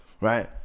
right